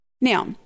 Now